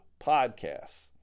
podcasts